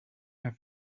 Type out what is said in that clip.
have